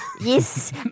Yes